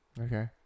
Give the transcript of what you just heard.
Okay